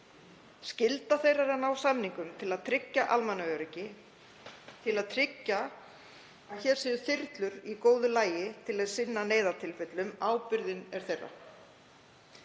Skylda þeirra er að ná samningum til að tryggja almannaöryggi, til að tryggja að hér séu þyrlur í góðu lagi til að sinna neyðartilfellum. Ábyrgðin er þeirra.